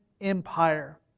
Empire